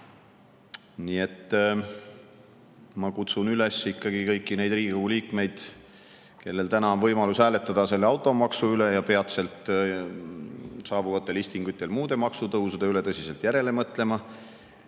Nii et ma kutsun üles kõiki Riigikogu liikmeid, kellel täna on võimalus hääletada automaksu üle ja peatselt saabuvatel istungitel muude maksutõusude üle, tõsiselt järele mõtlema,